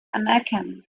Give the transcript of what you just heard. anerkennen